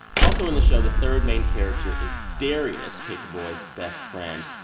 also, in the show, the third main character is darius, paper boi's best friend.